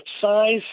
size